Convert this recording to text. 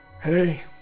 hey